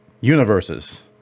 universes